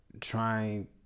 trying